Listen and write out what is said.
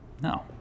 No